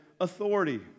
authority